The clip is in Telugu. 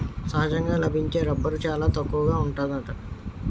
సహజంగా లభించే రబ్బరు చాలా తక్కువగా ఉంటాది